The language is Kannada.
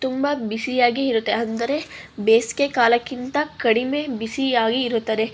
ತುಂಬ ಬಿಸಿಯಾಗೇ ಇರುತ್ತೆ ಅಂದರೆ ಬೇಸಿಗೆ ಕಾಲಕ್ಕಿಂತ ಕಡಿಮೆ ಬಿಸಿಯಾಗಿ ಇರುತ್ತದೆ